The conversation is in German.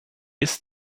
ist